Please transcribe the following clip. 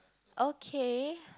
okay